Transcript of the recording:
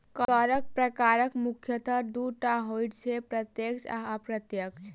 करक प्रकार मुख्यतः दू टा होइत छै, प्रत्यक्ष आ अप्रत्यक्ष